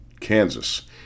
Kansas